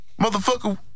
Motherfucker